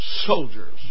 soldiers